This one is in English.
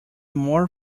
more